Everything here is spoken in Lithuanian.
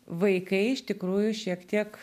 vaikai iš tikrųjų šiek tiek